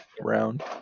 round